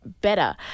better